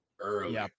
early